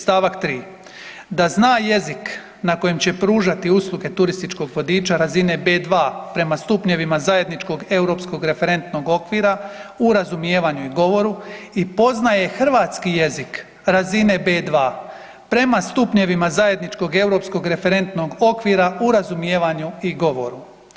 Stavak 3. da zna jezik na kojem će pružati usluge turističkog vodiča razina B2 prema stupnjevima zajedničkog europskog referentnog okvira u razumijevanju i govoru i poznaje hrvatski jezik razine B2 prema stupnjevima zajedničkog europskog referentnog okvira u razumijevanju i govoru.